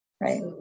right